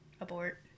Abort